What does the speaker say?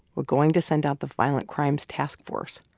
we're going to send out the violent crimes task force.